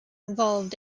involved